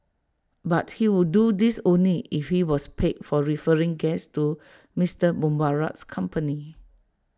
but he would do this only if he was paid for referring guests to Mister Mubarak's company